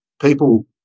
people